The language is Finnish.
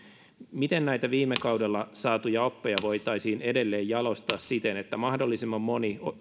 miten näitä viime kaudella saatuja oppeja voitaisiin edelleen jalostaa siten että mahdollisimman moni